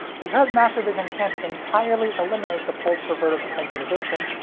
because macrovision can't entirely eliminate the pulse for vertical synchronization,